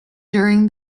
during